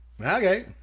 Okay